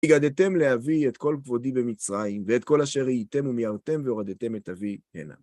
והיגדתם לאבי את כל כבודי במצרים, ואת כל אשר ראיתם ומיהרתם והורדתם את אבי הנה.